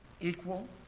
equal